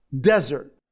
desert